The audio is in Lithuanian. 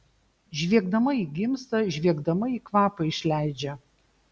žviegdama ji gimsta žviegdama ji kvapą išleidžia